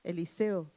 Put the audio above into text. Eliseo